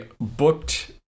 booked